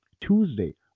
Tuesday